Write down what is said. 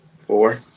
four